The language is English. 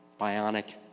bionic